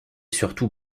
surtout